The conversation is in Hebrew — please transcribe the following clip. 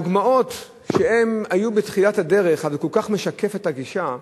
הדוגמאות שהיו בתחילת הדרך כל כך משקפות את הגישה,